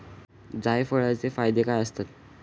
जायफळाचे फायदे काय असतात?